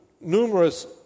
numerous